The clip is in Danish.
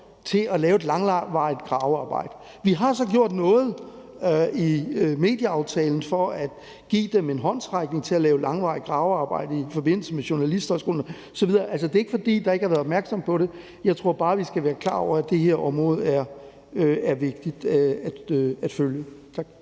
til at lave et langvarigt gravearbejde. Vi har så gjort noget i medieaftalen for at give dem en håndsrækning til at lave langvarigt gravearbejde i forbindelse med Journalisthøjskolen osv., altså, det er ikke, fordi der er ikke har været opmærksomhed omkring det. Jeg tror bare, vi skal være klar over, at det her område er vigtigt at følge.